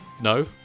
no